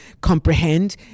comprehend